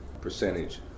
percentage